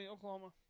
Oklahoma